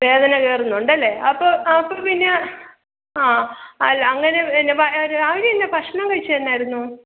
വേദന കയറുന്നുണ്ടല്ലേ അപ്പം അപ്പോൾ പിന്നെ ആ അല്ല അങ്ങനെ എന്നാ വ രാവിലെ എന്നാ ഭക്ഷണം കഴിച്ചത് എന്നായിരുന്നു